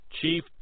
Chief